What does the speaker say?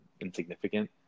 insignificant